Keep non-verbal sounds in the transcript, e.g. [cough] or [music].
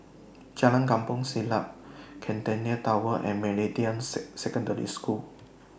Jalan Kampong Siglap Centennial Tower and Meridian [unintelligible] Secondary School